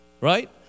Right